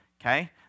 okay